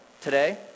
today